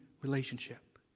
relationship